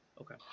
Okay